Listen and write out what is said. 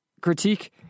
critique